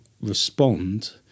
respond